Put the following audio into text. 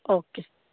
okay